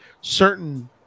certain